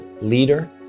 leader